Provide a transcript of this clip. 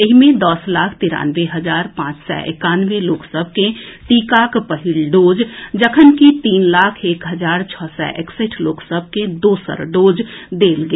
एहि मे दस लाख तिरानवे हजार पांच सय एकानवे लोक सभ के टीकाक पहिल डोज जखनकि तीन लाख एक हजार छओ सय एकसठि लोक सभ के दोसर डोज देल गेल